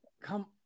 come